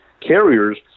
carriers